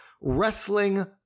wrestling